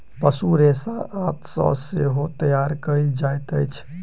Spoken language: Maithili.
पशु रेशा आंत सॅ सेहो तैयार कयल जाइत अछि